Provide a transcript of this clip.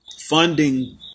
funding